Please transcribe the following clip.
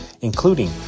including